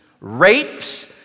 rapes